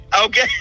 Okay